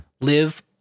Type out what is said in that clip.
live